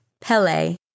pele